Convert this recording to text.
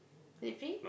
the fee